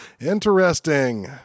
Interesting